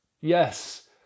Yes